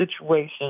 situation